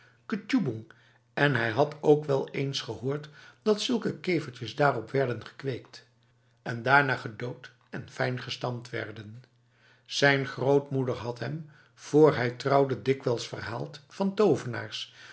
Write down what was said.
ketjoeboeng en hij had ook wel eens gehoord dat zulke kevertjes daarop werden gekweekt en daarna gedood en fijngestampt werden zijn grootmoeder had hem voor hij trouwde dikwijls verhaald van tovenaars